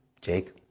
Jake